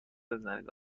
بزنید